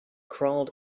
crawled